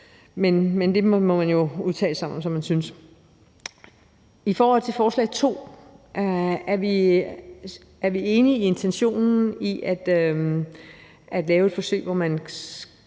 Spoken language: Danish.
men det må man jo udtale sig om, som man synes. Hvad angår den anden del af forslaget, er vi enige i intentionen om at lave et forsøg, hvor der